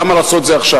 למה לעשות את זה עכשיו?